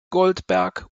goldberg